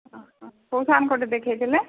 ଓ ହଁ କୋଉ ସାର୍ଙ୍କଠି ଦେଖେଇ ଥିଲେ